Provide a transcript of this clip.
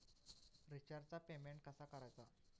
रिचार्जचा पेमेंट कसा करायचा?